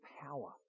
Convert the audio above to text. power